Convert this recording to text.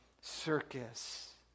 circus